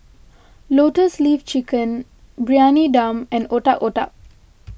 Lotus Leaf Chicken Briyani Dum and Otak Otak